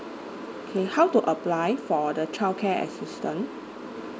K how to apply for the childcare assistance